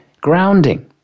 grounding